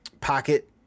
pocket